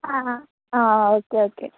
ആ അ ആ ഓക്കെ ഓക്കെ